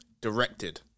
directed